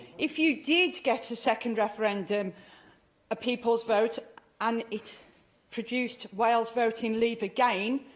if you did get a second referendum a people's vote and it produced wales voting leave again,